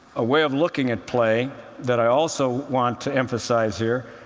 way of looking at play that i also want to emphasize here,